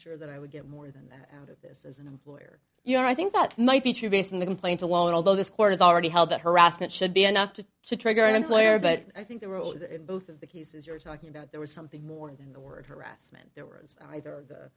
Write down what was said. sure that i would get more than that out of this as an employer you know i think that might be true based on the complaint alone although this court has already held that harassment should be enough to trigger an employer but i think the role of both of the cases you're talking about there was something more in the word harassment their